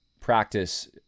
practice